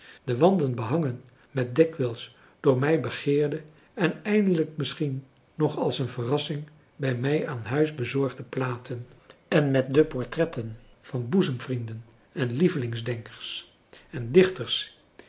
de wanden behangen met dikwijls door mij begeerde en eindelijk misschien nog als een verrassing bij mij aan huis bezorgde platen en met de portretten van boezemvrienden en lievelingsdenkers en dichters